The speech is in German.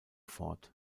fort